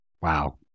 Wow